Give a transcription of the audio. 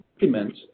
implement